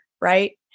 right